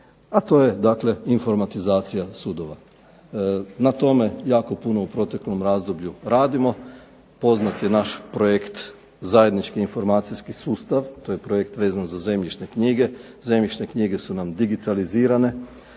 a to je dakle informatizacija sudova. Na tome jako puno u proteklom razdoblju radimo. Poznat je naš projekt zajednički informacijski sustav, to je projekt vezan za zemljišne knjige. Zemljišne knjige su nam digitalizirane,